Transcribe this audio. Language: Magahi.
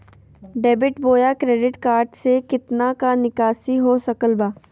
डेबिट बोया क्रेडिट कार्ड से कितना का निकासी हो सकल बा?